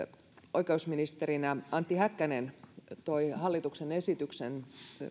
oikeusministerinä antti häkkänen toi hallituksen esityksen